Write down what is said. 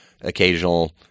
occasional